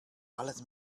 alles